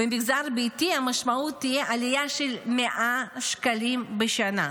במגזר הביתי המשמעות תהיה עלייה של 100 שקלים בשנה.